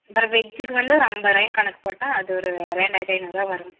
அப்புறம் வெஜ்ஜுக்கு வந்து ஒரு ஐம்பது ரூவாய்னு கணக்கு போட்டால் அது ஒரு ரெண்டாயிரத்து ஐநூர்ரூவா வரும்